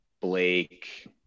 Blake